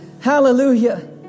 Hallelujah